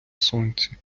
сонці